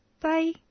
Bye